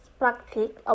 practice